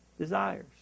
desires